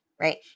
right